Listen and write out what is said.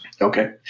Okay